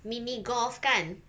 mini golf kan